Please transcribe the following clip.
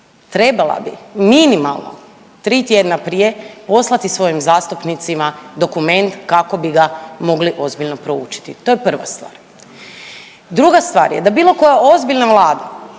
trebala bi minimalno 3 tjedna prije poslati svojim zastupnicima dokument kako bi ga mogli ozbiljno proučiti. To je prva stvar. Druga stvar je da bilo koja ozbiljna Vlada